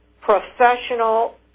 professional